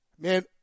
Man